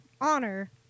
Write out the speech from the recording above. honor